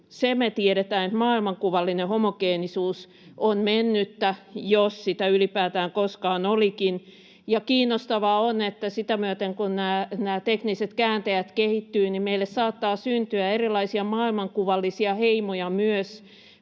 tiedetään, että maailmankuvallinen homogeenisuus on mennyttä, jos sitä ylipäätään koskaan olikaan. Kiinnostavaa on, että sitä myöten kun nämä tekniset kääntäjät kehittyvät, meille saattaa syntyä erilaisia maailmankuvallisia heimoja myös